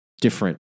different